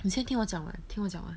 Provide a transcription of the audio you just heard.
你先听我讲完听我讲完